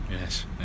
yes